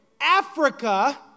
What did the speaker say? Africa